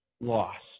lost